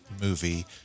movie